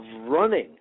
running